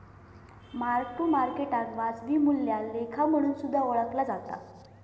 mark to मार्केटाक वाजवी मूल्या लेखा म्हणून सुद्धा ओळखला जाता